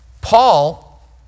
Paul